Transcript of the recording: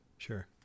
Sure